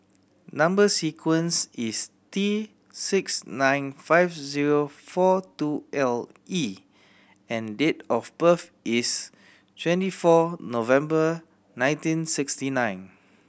number sequence is T six nine five zero four two L E and date of birth is twenty four November nineteen sixty nine